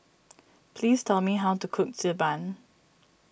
please tell me how to cook Xi Ban